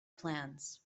plans